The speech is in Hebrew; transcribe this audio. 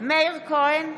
מאיר כהן,